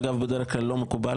בדרך כלל, זה לא מקובל.